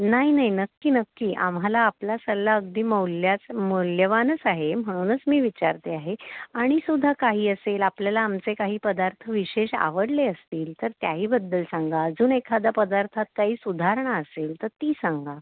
नाही नाही नक्की नक्की आम्हाला आपला सल्ला अगदी मौल्याच मौल्यवानच आहे म्हणूनच मी विचारते आहे आणि सुद्धा काही असेल आपल्याला आमचे काही पदार्थ विशेष आवडले असतील तर त्याहीबद्दल सांगा अजून एखादा पदार्थात काही सुधारणा असेल तर ती सांगा